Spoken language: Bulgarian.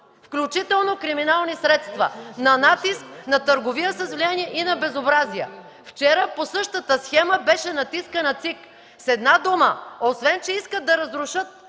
включително криминални средства на натиск, на търговия с влияние и на безобразия! Вчера по същата схема беше натискана ЦИК. С една дума – освен че искат да разрушат